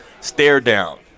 stare-down